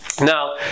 Now